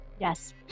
Yes